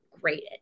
great